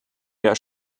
der